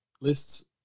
Lists